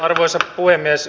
arvoisa puhemies